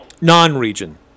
non-region